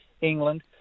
England